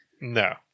no